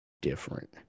different